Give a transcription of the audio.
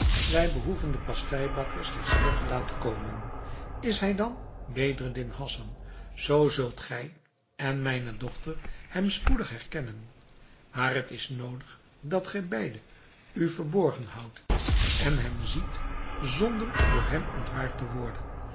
wij behoeven den pasteibakker slechts hier te laten komen is hij dan bedreddin hassan zoo zult gij en mijne dochter hem spoedig herkennen maar het is noodig dat gij beide u verborgen houdt en hem ziet zonder door hem ontwaard te worden